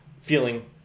feeling